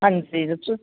ਹਾਂਜੀ ਦੱਸੋ